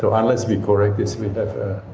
so unless we correct this we have a